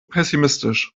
pessimistisch